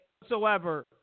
whatsoever